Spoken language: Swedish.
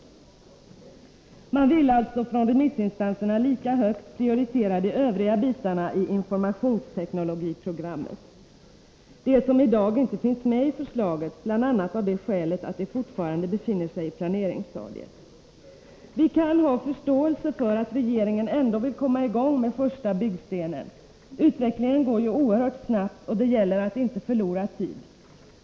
Man vill alltså från remissinstanserna prioritera de övriga bitarna i informationsteknologiprogrammet lika högt — de som i dag inte finns med i förslaget, bl.a. av det skälet att de fortfarande befinner sig i planeringsstadiet. Vi kan ha förståelse för att regeringen ändå vill komma i gång med första byggstenen. Utvecklingen går ju oerhört snabbt, och det gäller att inte förlora tid.